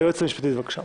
היועצת המשפטית, בבקשה.